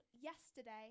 yesterday